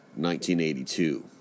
1982